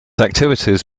activities